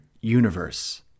universe